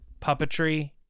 puppetry